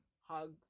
hugs